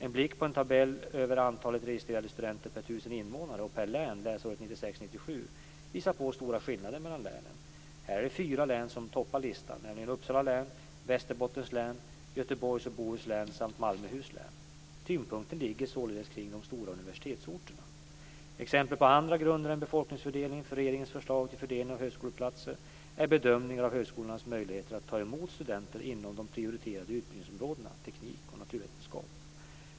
En blick på en tabell över antalet registrerade studenter per tusen invånare och per län läsåret 1996/97 visar på stora skillnader mellan länen. Här är det fyra län som toppar listan, nämligen Uppsala län, Västerbottens län, Tyngdpunkten ligger således kring de stora universitetsorterna. Exempel på andra grunder än befolkningsfördelningen för regeringens förslag till fördelning av högskoleplatser är bedömningar av högskolornas möjligheter att ta emot studenter inom de prioriterade utbildningsområdena teknik och naturvetenskap.